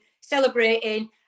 celebrating